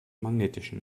magnetischen